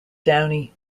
downey